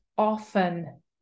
often